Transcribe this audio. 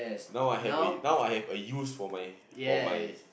now I have a~ now I have a use for my for my